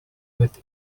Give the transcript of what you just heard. that